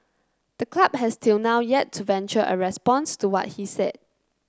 the club has till now yet to venture a response to what he said